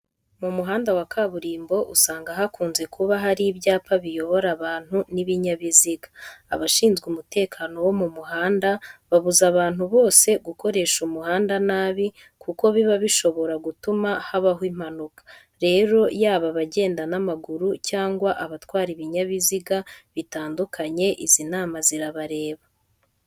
Mu muhanda wa kaburimbo usanga hakunze kuba hari ibyapa biyobora abantu n'ibinyabiziga. Abashinzwe umutekano wo mu muhanda babuza abantu bose gukoresha umuhanda nabi kuko biba bishobora gutuma habaho impanuka. Rero yaba abagenda n'amaguru cyangwa abatwara ibinyabiziga bitandukanye, izi nama zirabareba.